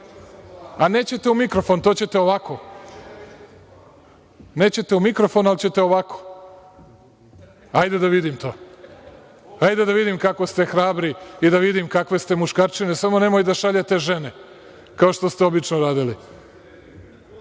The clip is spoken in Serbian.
A, nećete o mikrofon, to ćete ovako. Nećete u mikrofon, ali ćete ovako. Hajde da vidim to. Hajde da vidim kako ste hrabri i da vidim kakve ste muškarčine. Samo nemoj da šaljete žene, kao što ste obično radili.